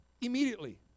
immediately